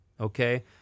okay